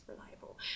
reliable